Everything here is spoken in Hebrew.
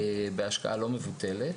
בהשקעה לא מבוטלת